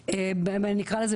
איך נקרא לזה?